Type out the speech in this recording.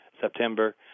September